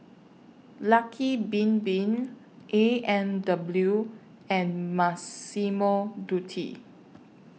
Lucky Bin Bin A and W and Massimo Dutti